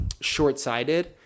short-sighted